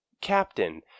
captain